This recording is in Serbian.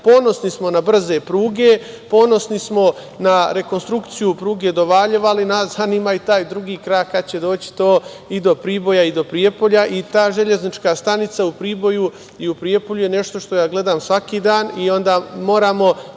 kraja. Ponosni smo na brze pruge, ponosni smo na rekonstrukciju pruge do Valjeva, ali nas zanima i taj drugi krak kada će doći i do Priboja i do Prijepolja i ta železnička stanica u Priboju i Prijepolju je nešto što ja gledam svaki dan i onda moramo,